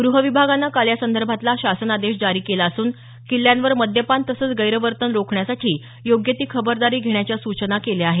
गृह विभागानं काल यासंदर्भातला शासनादेश जारी केला असून किल्ल्यांवर मद्यपान तसंच गैरवर्तन रोखण्यासाठी योग्य ती खबरदारी घेण्याच्या सूचना केल्या आहेत